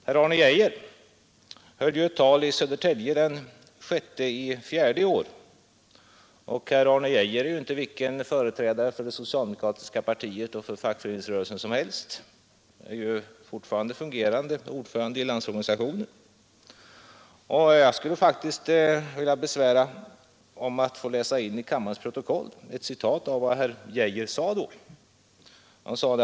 Herr Arne Geijer höll ett tal i Södertälje den 6 april i år, och herr Arne Geijer är ju inte vilken företrädare som helst för det socialdemokratiska partiet och fackföreningsrörelsen. Han är fortfarande fungerande ordförande i Landsorganisationen. Jag vill gärna läsa in i kammarens protokoll ett citat av vad herr Geijer då yttrade.